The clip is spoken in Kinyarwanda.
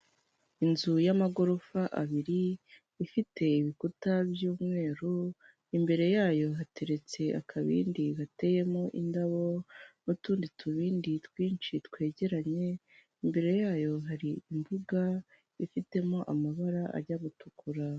Inzu y'amagorofa abiri ifite ibikuta by'umweru, imbere yayo hateretse akabindi gateyemo indabo n'utundi tubindi twinshi twegeranye, imbere yayo hari imbuga ifitemo amabara ajya gutukura.